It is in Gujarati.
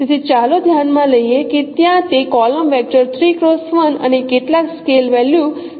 તેથી ચાલો ધ્યાન માં લઈએ કે ત્યાં તે કોલમ વેક્ટર અને કેટલાક સ્કેલ વેલ્યુ તરીકે રજૂ થાય છે